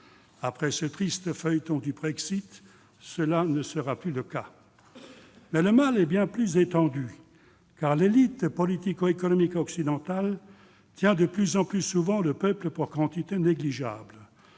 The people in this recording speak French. Après ce triste feuilleton du Brexit, cela ne sera plus le cas ... Mais le mal est bien plus étendu. En effet, l'élite politico-économique occidentale tient de plus en plus souvent le peuple pour quantité négligeable.